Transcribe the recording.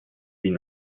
been